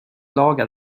laga